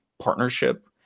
partnership